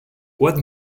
what